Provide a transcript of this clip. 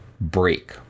break